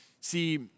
See